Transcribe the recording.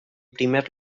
primer